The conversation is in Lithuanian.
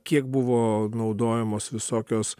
kiek buvo naudojamos visokios